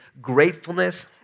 gratefulness